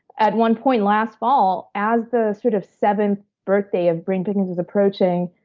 at one point, last fall, as the sort of seventh birthday of brain pickings was approaching,